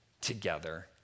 together